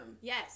Yes